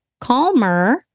calmer